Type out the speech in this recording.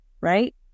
right